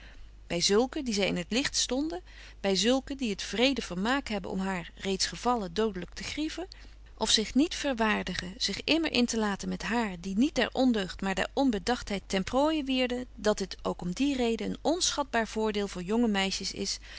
by zulken die zy in t licht stonden by zulken die het wrede vermaak hebben om haar reeds gevallen dodelyk te grieven of zich niet verwaardigen zich immer in te laten met haar die niet der ondeugd maar der onbedagtheid ten prooije wierden dat het ook om die reden een onschatbaar voordeel voor jonge meisjes is